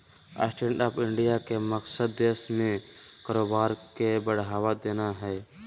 stand up India के मकसद देश में कारोबार के बढ़ावा देना हइ